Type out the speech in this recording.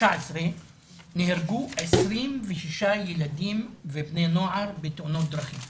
נהרגו 26 ילדים ובני נוער בתאונות דרכם.